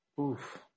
Oof